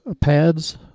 pads